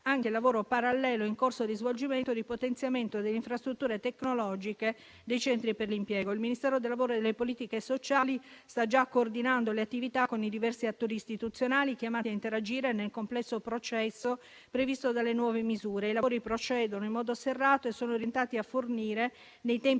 anche il lavoro parallelo in corso di svolgimento di potenziamento delle infrastrutture tecnologiche dei centri per l'impiego. Il Ministero del lavoro e delle politiche sociali sta già coordinando le attività con i diversi attori istituzionali chiamati a interagire nel complesso processo previsto dalle nuove misure. I lavori procedono in modo serrato e sono orientati a fornire nei tempi